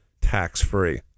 tax-free